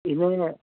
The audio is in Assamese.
এনেই